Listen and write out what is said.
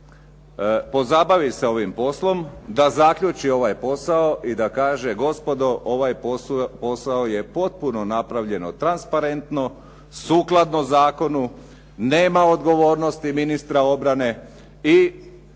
pozabavi se ovim poslom, da zaključi ovaj posao i da kaže gospodo ovaj posao je potpuno napravljen transparentno, sukladno zakonu, nema odgovornosti ministra obrane i